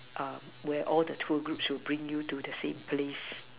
um where all the tour groups will bring you to the same place